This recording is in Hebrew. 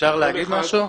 אפשר להגיד משהו?